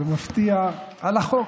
במפתיע, על החוק.